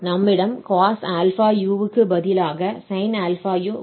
நம்மிடம் cos αu க்கு பதிலாக sin αu உள்ளது